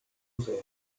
ouvert